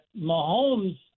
Mahomes